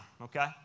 okay